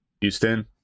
Houston